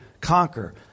conquer